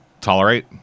tolerate